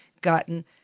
gotten